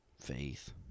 faith